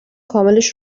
کاملش